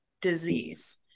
disease